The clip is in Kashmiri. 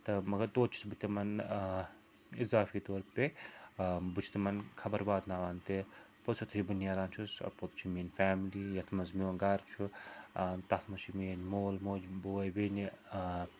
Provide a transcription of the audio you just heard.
تہٕ مگر توتہِ چھُس بہٕ تِمن اِضافی طور پے بہٕ چھُ تِمن خبر واتناوان تہِ پوٚتُس یُتھُے بہٕ نیران چھُس پوٚت چھُ میٛٲنۍ فیملی یَتھ منٛز میٛون گَرٕ چھُ تَتھ منٛز چھِ میٛٲنۍ مول موج بوے بیٚنہِ